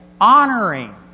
honoring